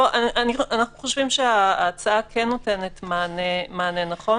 אנחנו חושבים שההצעה כן נותנת מענה נכון